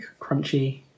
crunchy